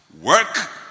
Work